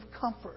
comfort